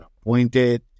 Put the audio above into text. appointed